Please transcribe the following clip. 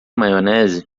maionese